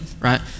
right